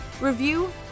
review